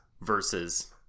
versus